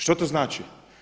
Što to znači?